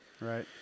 Right